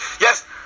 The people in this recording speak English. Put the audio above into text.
Yes